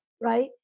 right